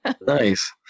Nice